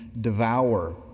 devour